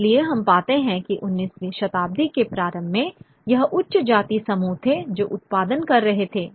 इसलिए हम पाते हैं कि19वीं शताब्दी के प्रारंभ में यह उच्च जाति समूह थे जो उत्पादन कर रहे थे